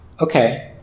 okay